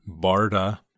BARDA